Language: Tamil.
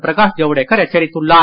பிரகாஷ் ஜவடேகர் எச்சரித்துள்ளார்